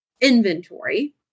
inventory